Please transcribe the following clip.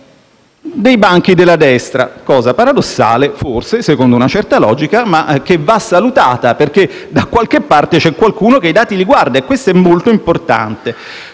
dei banchi della destra, cosa paradossale forse, secondo una certa logica, ma che va salutata, perché da qualche parte c'è qualcuno che i dati li guarda e questo è molto importante.